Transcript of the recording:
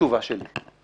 תשובה שלי.